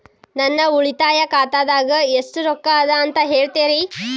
ನನ್ನ ಉಳಿತಾಯ ಖಾತಾದಾಗ ಎಷ್ಟ ರೊಕ್ಕ ಅದ ಅಂತ ಹೇಳ್ತೇರಿ?